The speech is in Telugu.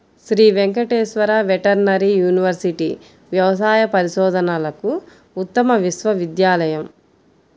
శ్రీ వెంకటేశ్వర వెటర్నరీ యూనివర్సిటీ వ్యవసాయ పరిశోధనలకు ఉత్తమ విశ్వవిద్యాలయం